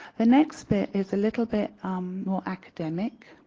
the next bit is a little bit more academic,